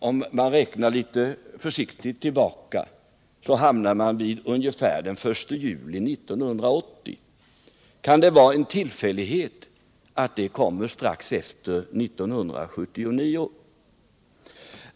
Om man lite försiktigt räknar bakåt hamnar man ungefär vid den 1 juli 1980. Kan det vara en tillfällighet att den tidpunkten kommer strax efter 1979?